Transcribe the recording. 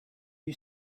you